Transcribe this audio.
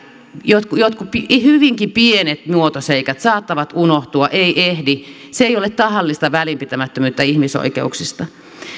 jotkut jotkut hyvinkin pienet muotoseikat saattavat unohtua ei ehdi se ei ole tahallista välinpitämättömyyttä ihmisoikeuksista